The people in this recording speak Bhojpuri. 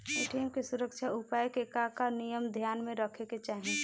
ए.टी.एम के सुरक्षा उपाय के का का नियम ध्यान में रखे के चाहीं?